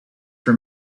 for